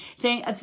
Thank